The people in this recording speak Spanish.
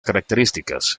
características